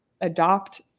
adopt